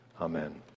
amen